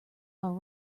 all